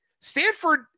Stanford